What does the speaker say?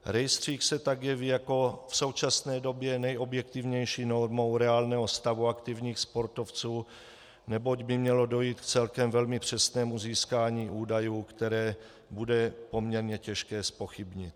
Rejstřík se tak jeví jako v současné době nejobjektivnější normou reálného stavu aktivních sportovců, neboť by mělo dojít k celkem velmi přesnému získání údajů, které bude poměrně těžké zpochybnit.